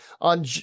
On